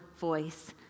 voice